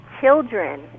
children